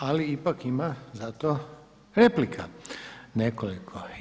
Ali ipak ima zato replika nekoliko.